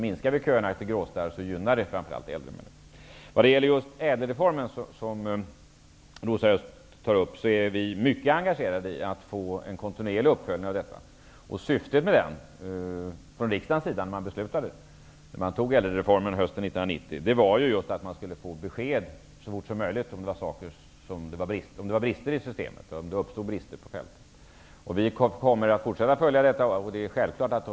Minskar köerna till gråstarroperation gynnar det framför allt äldre människor. Vad gäller ÄDEL-reformen, som Rosa Östh också tar upp, är vi mycket angelägna om att få en kontinuerlig uppföljning. Syftet med den från riksdagens sida, när riksdagen fattade beslut om reformen hösten 1990, var att man skulle få besked så fort som möjligt om det fanns brister i systemet och om det uppstod brister på fältet. Vi kommer att fortsätta att följa upp detta.